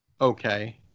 okay